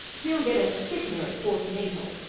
he'll get a sickener at port natal.